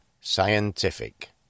Scientific